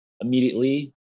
immediately